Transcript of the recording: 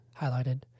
highlighted